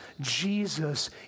Jesus